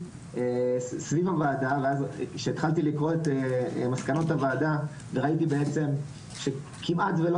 סביב הוועדה ואז שהתחלתי לקרוא את מסקנות הוועדה וראיתי בעצם שכמעט ולא